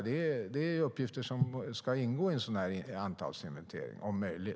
Det är uppgifter som om möjligt ska ingå i en antalsinventering.